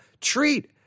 treat